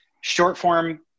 Short-form